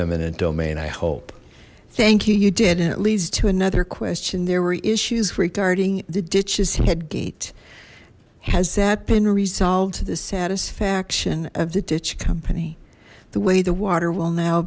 eminent domain i hope thank you you did and it leads to another question there were issues regarding the ditches head gate has that been resolved to the satisfaction of the ditch company the way the water will now